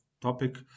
topic